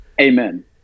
Amen